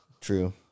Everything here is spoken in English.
True